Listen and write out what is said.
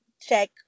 check